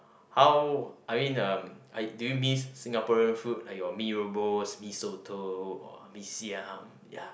how I mean uh do you miss Singaporean food like your Mee-Rebus Mee-Soto or Mee-Siam ya